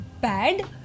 bad